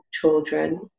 children